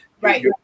Right